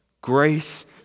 Grace